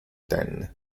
ten